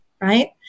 right